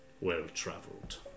well-travelled